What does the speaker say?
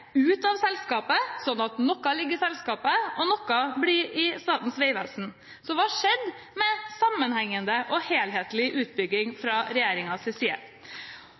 ut av selskapet, sånn at noe ligger i selskapet, og noe blir liggende i Statens vegvesen. Hva har skjedd med sammenhengende og helhetlig utbygging fra regjeringens side?